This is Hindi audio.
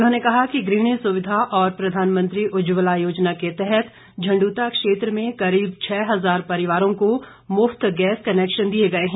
उन्होंने कहा कि गृहिणी सुविधा और प्रधानमंत्री उज्ज्वला योजना के तहत झंडुता क्षेत्र में करीब छ हजार परिवारों को मुफ्त गैस कनेक्शन दिए गए हैं